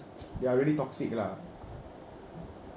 they are really toxic lah